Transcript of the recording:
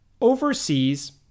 overseas